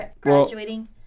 graduating